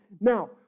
Now